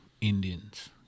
Indians